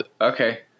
okay